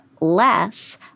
less